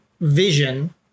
vision